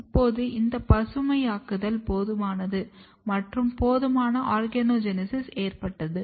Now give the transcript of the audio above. இப்போது இந்த பசுமையாக்குதல் போதுமானது மற்றும் போதுமான ஆர்கனோஜெனெஸிஸ் ஏற்பட்டது